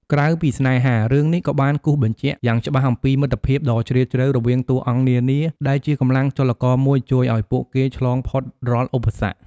ក្រៅពីស្នេហា រឿងនេះក៏បានគូសបញ្ជាក់យ៉ាងច្បាស់អំពី មិត្តភាព ដ៏ជ្រាលជ្រៅរវាងតួអង្គនានា ដែលជាកម្លាំងចលករមួយជួយឱ្យពួកគេឆ្លងផុតរាល់ឧបសគ្គ។